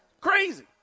Crazy